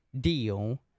deal